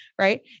right